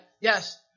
yes